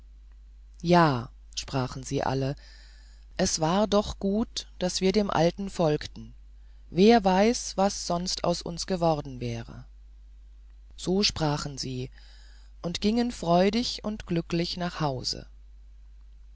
ja sprachen sie alle es war doch gut daß wir dem alten folgten wer weiß was aus uns geworden wäre so sprachen sie und gingen freudig und glücklich nach hause